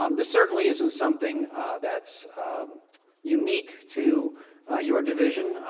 um this certainly isn't something that's unique to your division,